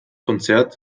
konzert